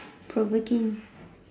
provoking